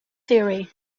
theory